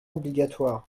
obligatoires